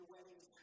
Weddings